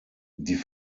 die